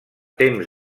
temps